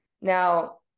Now